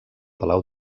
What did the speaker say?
palau